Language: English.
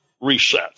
reset